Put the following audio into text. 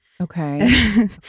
Okay